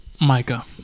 Mica